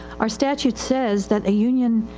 our statute says that a union,